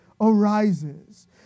arises